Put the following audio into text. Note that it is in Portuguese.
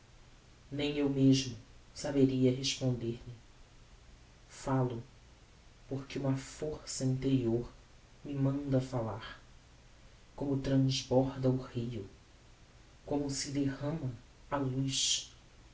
nem eu mesmo saberia responder-lhe falo porque uma força interior me manda falar como trasborda o rio como se derrama a luz